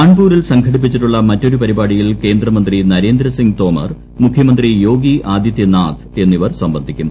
കാൺപൂരിൽ സംഘടിപ്പിച്ചിട്ടുള്ള മറ്റൊരു പരിപാടിയിൽ കേന്ദ്രമന്ത്രി നരേന്ദ്രസിംഗ് തോമർ മുഖ്യമന്ത്രി യോഗി ആദിത്യനാഥ് എന്നിവർ സംബന്ധിക്കും